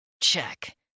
Check